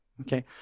okay